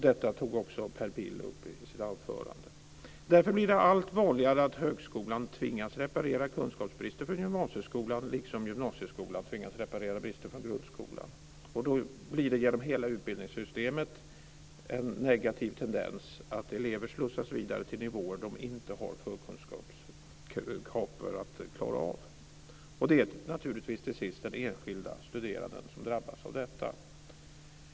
Detta tog också Det blir allt vanligare att högskolan tvingas reparera kunskapsbrister från gymnasieskolan liksom gymnasieskolan tvingas reparera brister från grundskolan. Det blir en negativ tendens genom hela utbildningssystemet att elever slussas vidare till nivåer de inte har kunskaper för att klara av. Det är naturligtvis till sist den enskilde studeranden som drabbas av detta.